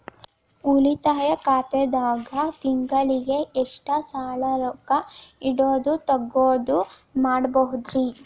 ಉಳಿತಾಯ ಖಾತೆದಾಗ ತಿಂಗಳಿಗೆ ಎಷ್ಟ ಸಲ ರೊಕ್ಕ ಇಡೋದು, ತಗ್ಯೊದು ಮಾಡಬಹುದ್ರಿ?